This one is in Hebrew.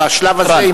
בשלב הזה,